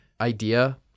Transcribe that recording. idea